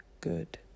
good